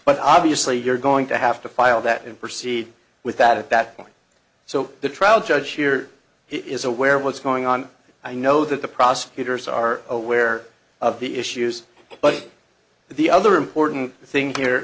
but obviously you're going to have to file that and proceed with that at that point so the trial judge here is aware of what's going on i know that the prosecutors are aware of the issues but the other important thing here